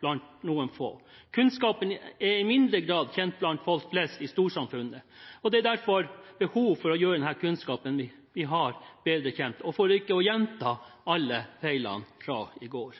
blant noen få. Kunnskapen er i mindre grad kjent blant folk flest i storsamfunnet, og det er derfor behov for å gjøre denne kunnskapen bedre kjent – for ikke å gjenta alle «feil i frå i går».